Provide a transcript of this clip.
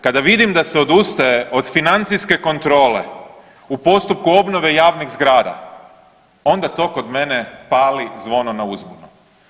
Kada vidim da se odustaje od financijske kontrole u postupku obnove javnih zgrada onda to kod mene pali zvono na uzbunu.